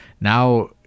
now